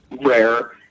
rare